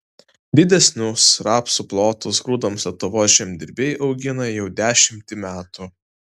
didesnius rapsų plotus grūdams lietuvos žemdirbiai augina jau dešimtį metų